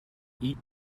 eat